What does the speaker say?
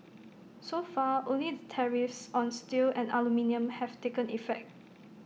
so far only the tariffs on steel and aluminium have taken effect